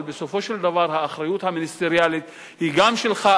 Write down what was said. אבל בסופו של דבר האחריות המיניסטריאלית היא גם שלך,